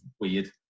weird